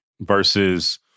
versus